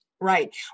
right